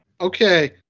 okay